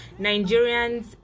Nigerians